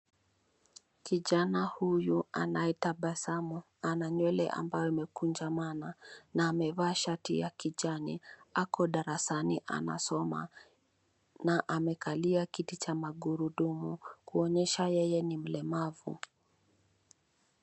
Kijana huyu anayetabasamu, ana nywele ambayo imekunjamana, na amevaa shati ya kijani, ako darasani anasoma, na amekalia kiti cha magurudumu, kuonyesha yeye ni mlemavu.